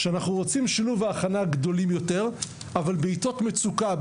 כשאנחנו רוצים שילוב והכלה גדולים יותר אבל בעתות מצוקה,